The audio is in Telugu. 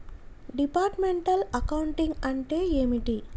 డిపార్ట్మెంటల్ అకౌంటింగ్ అంటే ఏమిటి?